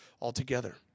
altogether